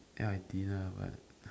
ya I did ah but